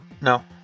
No